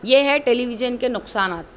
یہ ہے television کے نقصانات